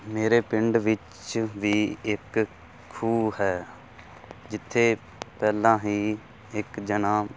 ਮੇਰੇ ਪਿੰਡ ਵਿੱਚ ਵੀ ਇੱਕ ਖੂਹ ਹੈ ਜਿੱਥੇ ਪਹਿਲਾਂ ਹੀ ਇੱਕ ਜਣਾ